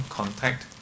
contact